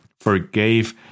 forgave